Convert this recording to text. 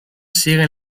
siguen